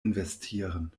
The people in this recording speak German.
investieren